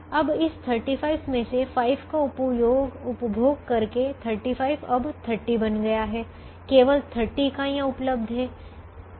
अब इस 35 में से 5 का उपभोग करके 35 अब 30 बन गया हैं केवल 30 इकाइयाँ उपलब्ध हैं